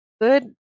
good